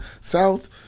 South